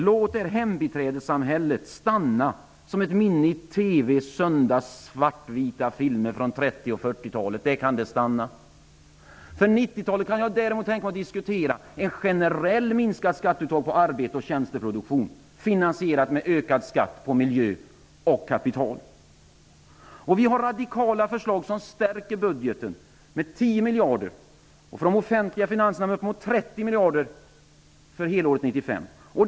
Låt hembiträdessamhället stanna i TV:s svartvita söndagsfilmer från 1930 och 1940-talen. För 1990 talet kan jag däremot tänka mig att diskutera ett generellt minskat skatteuttag på arbete och tjänsteproduktion, finansierat med ökad skatt på miljö och kapital. Vi har radikala förslag som stärker budgeten med 10 miljarder -- för de offentliga finanserna med upp emot 30 miljarder -- för helåret 1995.